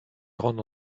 grande